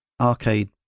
arcade